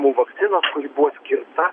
nuo vakcinos kuri buvo skirta